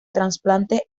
trasplantes